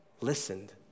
listened